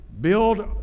build